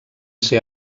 ser